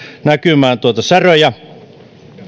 näkymään säröjä